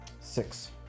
Six